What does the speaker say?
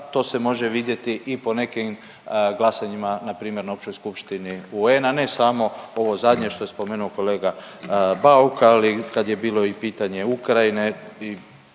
to se može vidjeti i po nekim glasanjima npr. na Općoj skupštini UN-a ne samo ovo zadnje što je spomenuo kolega Bauk, ali kad je bilo i pitanje Ukrajine i